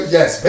Yes